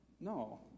No